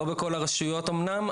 לא בכל הרשויות אומנם,